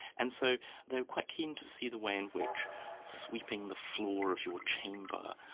and so they were quite keen to see the way in which sweeping the floor of your chamber,